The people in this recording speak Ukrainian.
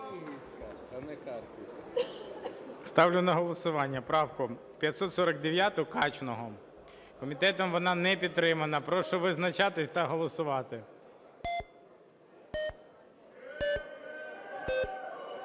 Ставлю на голосування правку 549 Качного. Комітетом вона не підтримана. Прошу визначатись та голосувати.